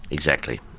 exactly.